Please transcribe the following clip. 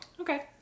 Okay